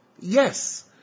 Yes